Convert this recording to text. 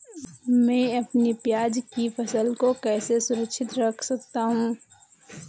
मैं अपनी प्याज की फसल को कैसे सुरक्षित रख सकता हूँ?